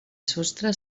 sostre